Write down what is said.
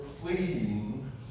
fleeing